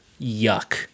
Yuck